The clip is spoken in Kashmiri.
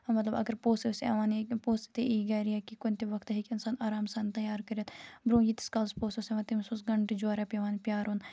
مطلب اگر پوٚژھ اوس یِوان یا پوٚژھ تہِ یی گَرِ یا کُنہِ تہِ وَقتہٕ ہیٚکہِ اِنسان آرام سان تیار کٔرِتھ برونٛہہ ییٖتِس کالَس پوٚژھ اوس یِوان تٔمِس اوس گَنٹہٕ جورا پیٚوان پیارُن